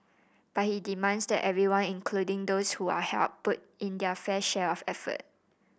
but he demands that everyone including those who are helped put in their fair share of effort